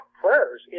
prayers